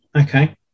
Okay